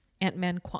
Ant-Man